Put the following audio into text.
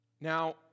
Now